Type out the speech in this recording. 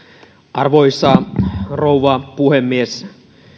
arvoisa rouva puhemies